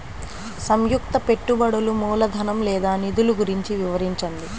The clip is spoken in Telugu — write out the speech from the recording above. సంయుక్త పెట్టుబడులు మూలధనం లేదా నిధులు గురించి వివరించండి?